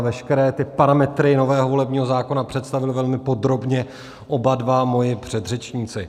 Veškeré parametry nového volebního zákona představili velmi podrobně oba dva moji předřečníci.